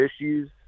issues